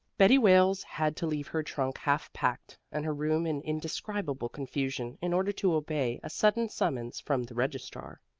betty wales had to leave her trunk half packed and her room in indescribable confusion in order to obey a sudden summons from the registrar.